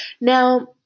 Now